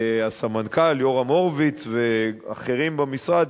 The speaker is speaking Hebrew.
הסמנכ"ל יורם הורוביץ ואחרים במשרד,